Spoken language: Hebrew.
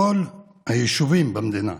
כל היישובים במדינה,